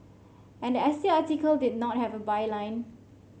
and the S T article did not have a byline